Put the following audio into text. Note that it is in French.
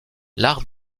l’art